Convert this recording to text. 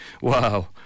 Wow